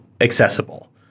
accessible